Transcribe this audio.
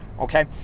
Okay